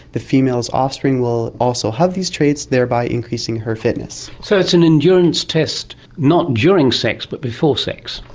the female's offspring will also have these traits, thereby increasing her fitness. so it's an endurance test not during sex but before sex.